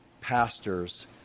pastors